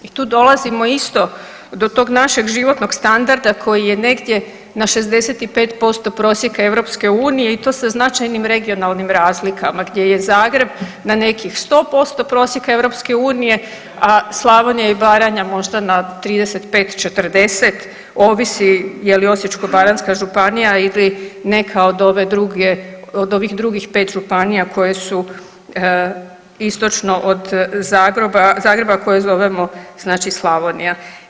I tu dolazimo isto do tog našeg životnog standarda koji je negdje na 65% prosjeka EU i to sa značajnim regionalnim razlikama gdje je Zagreb na nekih 100% prosjeka EU, a Slavonija i Baranja možda na 35-40 ovisi je li Osječko-baranjska županija ili neka od ove druge, od ovih drugih 5 županija koje su istočno od Zagreba koje zovemo znači Slavonija.